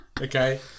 Okay